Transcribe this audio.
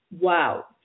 Wow